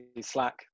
Slack